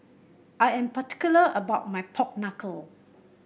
I am particular about my Pork Knuckle